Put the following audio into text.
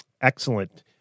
Excellent